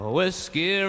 Whiskey